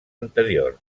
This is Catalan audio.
anteriors